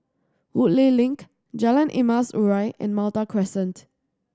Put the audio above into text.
Woodleigh Link Jalan Emas Urai and Malta Crescent